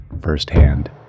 firsthand